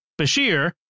Bashir